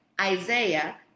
Isaiah